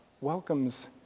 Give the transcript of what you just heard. welcomes